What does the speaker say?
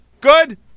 Good